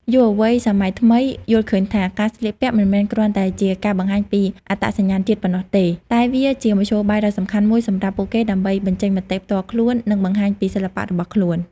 យុវវ័យសម័យថ្មីយល់ឃើញថា ការស្លៀកពាក់ មិនមែនគ្រាន់តែជាការបង្ហាញពីអត្តសញ្ញាណជាតិប៉ុណ្ណោះទេ តែវាជាមធ្យោបាយដ៏សំខាន់មួយសម្រាប់ពួកគេដើម្បី បញ្ចេញមតិផ្ទាល់ខ្លួន និងបង្ហាញពី សិល្បៈ របស់ខ្លួន។